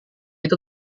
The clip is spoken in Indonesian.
itu